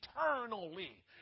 eternally